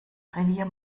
revier